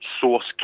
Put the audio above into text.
source